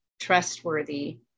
trustworthy